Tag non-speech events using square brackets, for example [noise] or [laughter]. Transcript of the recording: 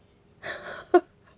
[laughs]